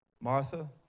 Martha